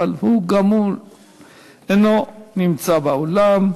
גם הוא לא נמצא באולם.